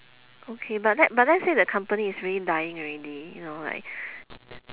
okay but let but let's say the company is really dying already you know like